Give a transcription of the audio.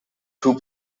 two